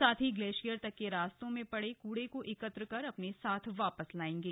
साथ ही ग्लेशियर तक के रास्तों में पड़े कूड़े को एकत्र कर अपने साथ वापस लाएंगे